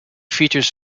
features